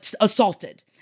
assaulted